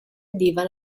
udiva